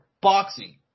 boxing